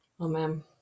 Amen